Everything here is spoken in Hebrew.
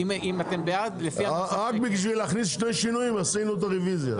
רק בשביל להכניס שני שינויים עשינו את הרוויזיה.